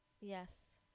Yes